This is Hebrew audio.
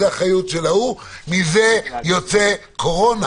זה אחריות של ההורא - מזה יוצא קורונה,